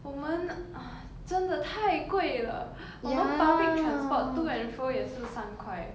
我们 uh 真的太贵了我们 public transport to and fro 也是三块 ya how is that possible right ya and then you will think hostel 是因为 kobe right 全部 tostitos 期间